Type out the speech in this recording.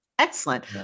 Excellent